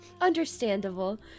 Understandable